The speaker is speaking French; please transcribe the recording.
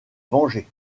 venger